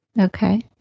Okay